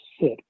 sit